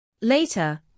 Later